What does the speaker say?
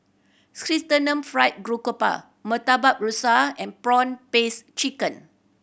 Chrysanthemum Fried Garoupa Murtabak Rusa and prawn paste chicken